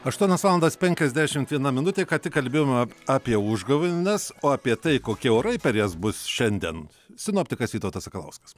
aštuonios valandos penkiasdešimt viena minutė ką tik kalbėjom apie užgavėnes o apie tai kokie orai per jas bus šiandien sinoptikas vytautas sakalauskas